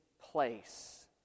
place